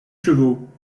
chevaux